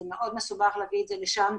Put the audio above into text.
זה מאוד מסובך להביא את זה לשם,